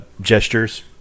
gestures